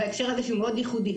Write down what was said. שבהקשר הזה הוא מאוד ייחודי,